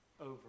over